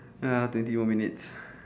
ah twenty more minutes